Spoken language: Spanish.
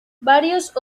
varios